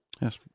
Yes